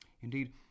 Indeed